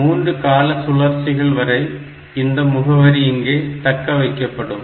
3 கால சுழற்சிகள் வரை இந்த முகவரி இங்கே தக்க வைக்கப்படும்